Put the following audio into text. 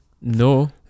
No